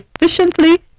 efficiently